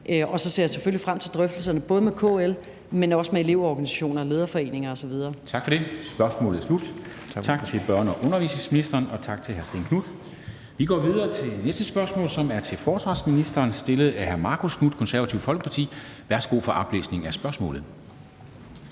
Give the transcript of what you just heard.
og så ser jeg selvfølgelig frem til drøftelserne både med KL, men også med elevorganisationer og lederforeninger osv.